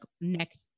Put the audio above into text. next